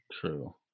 true